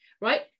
Right